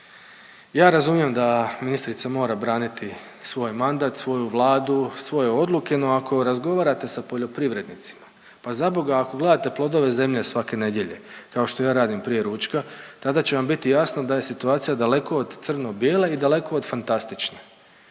Ja razumijem da ministrica mora braniti svoj mandat, svoju Vladu, svoje odluke. No, ako razgovarate sa poljoprivrednicima, pa za boga ako gledate „Plodove zemlje“ svake nedjelje kao što ja radim prije ručka, tada će vam biti jasno da je situacija daleko od crno-bijele i daleko od fantastične.